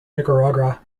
nicaragua